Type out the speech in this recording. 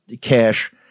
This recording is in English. Cash –